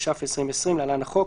התש"ף 2020 (להלן החוק),